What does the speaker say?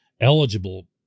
eligible